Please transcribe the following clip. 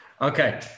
Okay